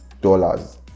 dollars